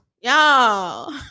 y'all